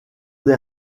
des